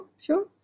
sure